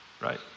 Right